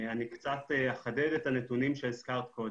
אני קצת אחדד את הנתונים שהזכרת קודם.